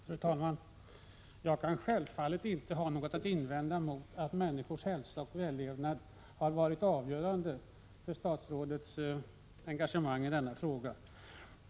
Fru talman! Jag kan självfallet inte ha någonting att invända mot att människors hälsa och välbefinnande varit avgörande för statsrådets engagemang i denna fråga.